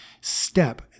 step